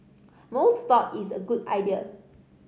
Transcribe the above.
most thought it's a good idea